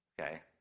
okay